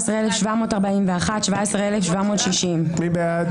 17,381 עד 17,400. מי בעד?